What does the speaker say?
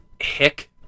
hick